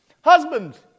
Husbands